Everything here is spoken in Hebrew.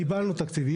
קיבלנו תקציב.